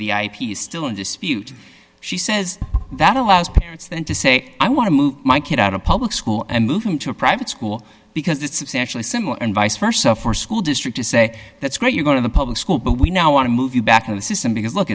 ip is still in dispute she says that allows parents then to say i want to move my kid out of public school and move them to a private school because it's substantially similar and vice versa for school district to say that's great you're going to the public school but we now want to move you back to the system because look